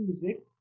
music